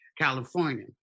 California